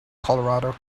colorado